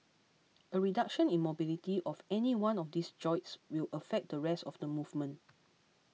a reduction in mobility of any one of these joints will affect the rest of the movement